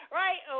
right